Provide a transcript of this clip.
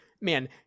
man